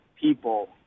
people